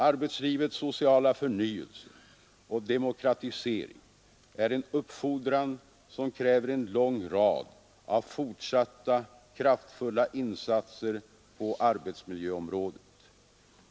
Arbetslivets sociala förnyelse och demokratisering är en uppfordran som kräver en lång rad av fortsatta kraftfulla insatser på arbetsmiljöområdet.